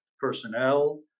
personnel